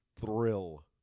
thrill